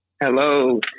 Hello